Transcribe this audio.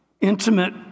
intimate